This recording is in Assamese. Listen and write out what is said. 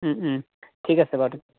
ঠিক আছে বাৰু